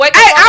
Hey